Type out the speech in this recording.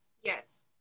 Yes